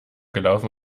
gelaufen